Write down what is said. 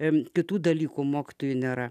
ir kitų dalykų mokytojų nėra